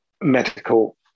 medical